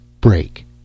break